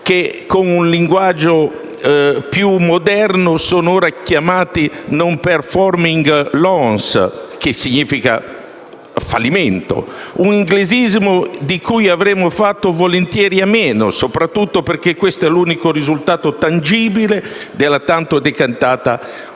che, con un linguaggio più moderno, sono ora chiamati *non performing loans*, che significa fallimento. Si tratta di un inglesismo di cui avremmo fatto volentieri a meno, soprattutto perché questo è l'unico risultato tangibile della tanto decantata unione